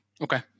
okay